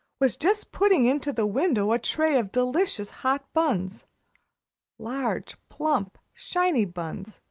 was just putting into the window a tray of delicious hot buns large, plump, shiny buns,